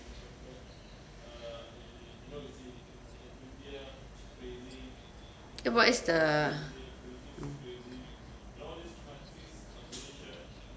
ya but it's the mm